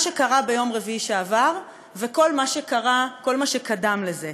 מה שקרה ביום רביעי שעבר וכל מה שקדם לזה.